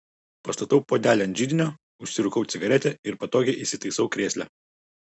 pastatau puodelį ant židinio užsirūkau cigaretę ir patogiai įsitaisau krėsle